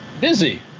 busy